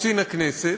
קצין הכנסת,